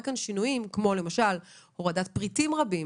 כאן שינויים כמו למשל הורדת פריטים רבים.